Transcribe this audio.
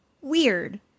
weird